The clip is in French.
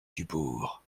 dubourg